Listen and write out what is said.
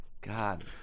God